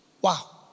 Wow